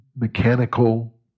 mechanical